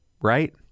right